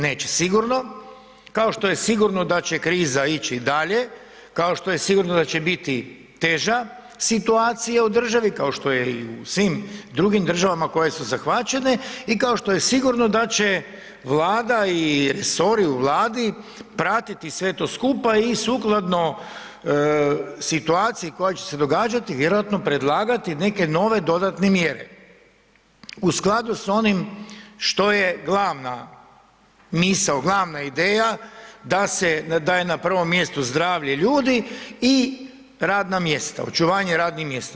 Neće sigurno, kao što je sigurno da će kriza ići dalje, kao što je sigurno da će biti teža situacija u državi kao što je i u svim drugim državama koje su zahvaćene i kao što je sigurno da će Vlada i resori u Vladi pratiti sve to skupa i sukladno situaciji koja će se događati vjerojatno predlagati neke nove dodatne mjere u skladu s onim što je glavna misao, glavna ideja da je na prvom mjestu zdravlje ljudi i radna mjesta, očuvanje radnih mjesta.